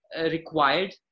required